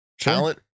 talent